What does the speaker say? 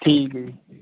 ਠੀਕ ਹੈ ਜੀ